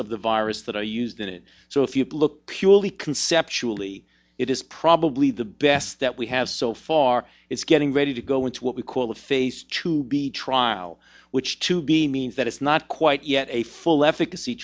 of the virus that are used in it so if you look purely conceptually it is probably the best that we have so far it's getting ready to go with what we call a face to be trial which to be means that it's not quite yet a full eff